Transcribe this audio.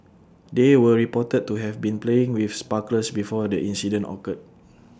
they were reported to have been playing with sparklers before the incident occurred